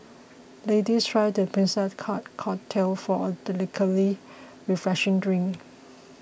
ladies try the Princess Cut cocktail for a delicately refreshing drink